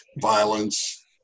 violence